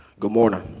good morning.